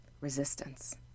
resistance